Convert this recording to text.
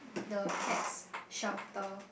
the cats shelter